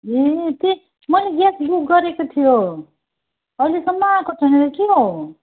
ए त्यही मैले gas book गरेको थियो अहिलेसम्म आएको छैन त किन हो